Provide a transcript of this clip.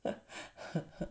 I